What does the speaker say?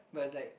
but it's like